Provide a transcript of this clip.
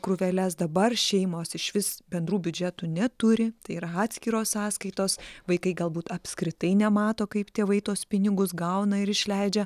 krūveles dabar šeimos išvis bendrų biudžetų neturi tai yra atskiros sąskaitos vaikai galbūt apskritai nemato kaip tėvai tuos pinigus gauna ir išleidžia